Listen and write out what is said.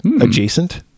adjacent